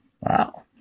Wow